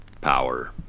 power